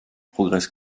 progresse